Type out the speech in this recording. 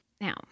Now